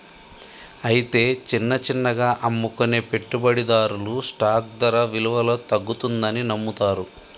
అయితే చిన్న చిన్నగా అమ్ముకునే పెట్టుబడిదారులు స్టాక్ ధర విలువలో తగ్గుతుందని నమ్ముతారు